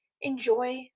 enjoy